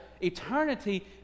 eternity